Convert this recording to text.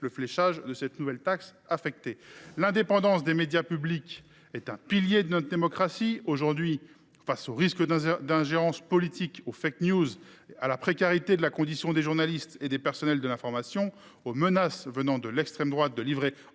de flécher cette nouvelle taxe affectée. L’indépendance des médias publics est un pilier de notre démocratie. Face aux risques d’ingérence politique, aux, à la précarité des conditions d’exercice des journalistes et du personnel de l’information, aux menaces venant de l’extrême droite de livrer